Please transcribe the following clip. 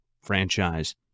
franchise